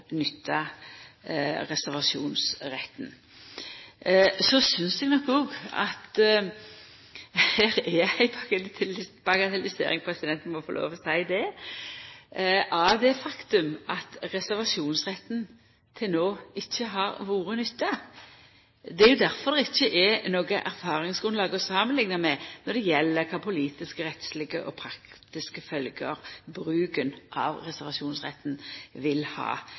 nytta reservasjonsretten. Så synest eg nok òg at her er ei bagatellisering – eg må få lov til å seia det – av det faktum at reservasjonsretten til no ikkje har vore nytta. Det er jo difor det ikkje er noko erfaringsgrunnlag å samanlikna med når det gjeld kva politiske, rettslege og praktiske følgjer bruken av reservasjonsretten vil ha.